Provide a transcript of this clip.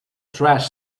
trash